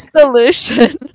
solution